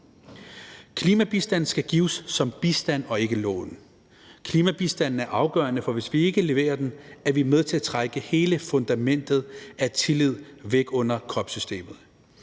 Klimabistand skal gives som bistand og ikke lån. Klimabistanden er afgørende, for hvis vi ikke leverer den, er vi med til at trække hele fundamentet af tillid væk under COP-systemet.